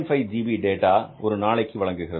5 GB data ஒரு நாளைக்கு வழங்குகிறது